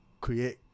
create